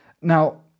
Now